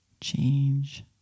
change